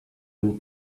will